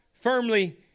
firmly